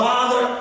Father